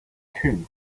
two